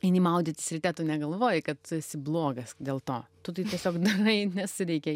eini maudytis ryte tu negalvoji kad tu esi blogas dėl to tu tai tiesiog darai nes reikia